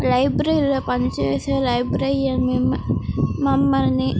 లైబ్రరీలో పనిచేసే లైబ్రరీయన్ మి మమ్మల్ని